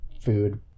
food